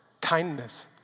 kindness